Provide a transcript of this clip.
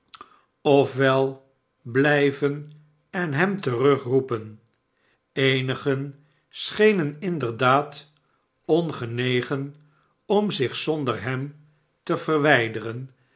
wel blijvenen hem terugroepen eenigen schenen inderdaad ongenegen om zich zonder hem te verwijdereh